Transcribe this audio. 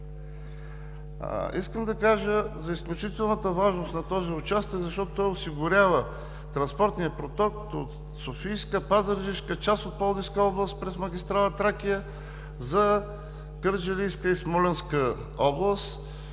Искам да кажа за изключителната важност на този участък, защото той осигурява транспортния поток от софийска, пазарджишка, част от пловдивска област през магистрала „Тракия“, за кърджалийска и смолянска област,